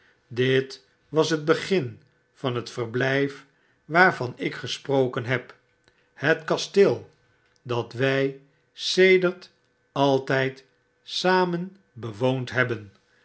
dit was het begin van het verblijf waarvanikgesproken heb het kasteel dat wij sedert altijd samen bewoond hebben